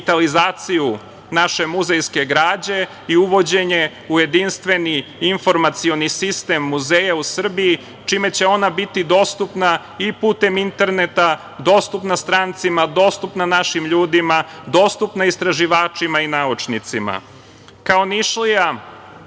digitalizaciju naše muzejske građe i uvođenje u jedinstveni informacioni sistem muzeja u Srbiji, čime će ona biti dostupna i putem interneta, dostupna strancima, dostupna našim ljudima, dostupna istraživačima i naučnicima. Kao Nišlija